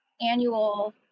annual